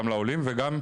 גם לעולים וגם,